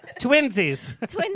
Twinsies